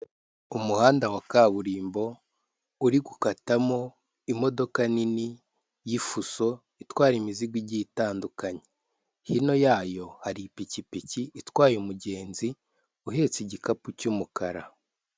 Umuhanda wa kaburimbo uri gukatamo imodoka nini y'ifuso itwara imizigo igiye itandukanye, hino yayo hari ipikipiki itwaye umugenzi uhetse igikapu cy'umukara.